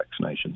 vaccinations